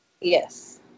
Yes